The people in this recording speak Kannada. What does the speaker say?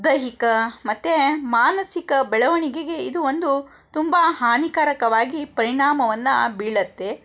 ದೈಹಿಕ ಮತ್ತು ಮಾನಸಿಕ ಬೆಳವಣಿಗೆಗೆ ಇದು ಒಂದು ತುಂಬ ಹಾನಿಕಾರಕವಾಗಿ ಪರಿಣಾಮವನ್ನು ಬೀಳುತ್ತೆ